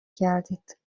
کردید